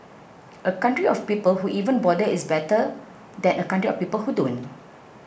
a country of people who even bother is better than a country of people who don't